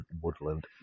woodland